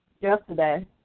yesterday